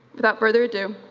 without further ado.